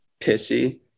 pissy